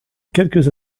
quelques